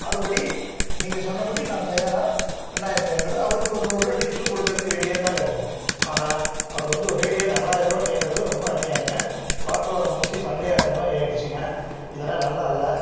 அதுபடி நீங்கள் சொன்னபடி நான் தயாராக ரெண்டாயிரத்தி ஐந்நூறு அவருக்கு ஒரு நூறுரூவா டிப்ஸும் கொடுக்கறதுக்கு ரெடியாக தாங்க இருக்கோம் ஆனால் அவர் வந்து ஒரேடியாக நாலாயிரரூவா கேட்குறது ரொம்ப அநியாயங்க வாக்குவாதம் முற்றி சண்டையாகிற மாதிரி ஆகிடுச்சிங்க இதெல்லாம் நல்லால்லை